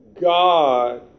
God